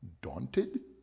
daunted